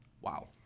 Wow